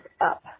up